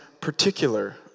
particular